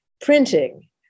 printing